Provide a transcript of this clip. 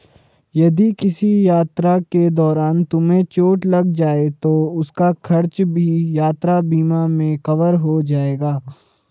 यदि किसी यात्रा के दौरान तुम्हें चोट लग जाए तो उसका खर्च भी यात्रा बीमा में कवर हो जाएगा